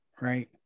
Right